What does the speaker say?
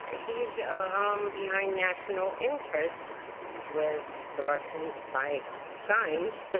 ah he's um behind national interest with the russian spy simes.